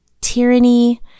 tyranny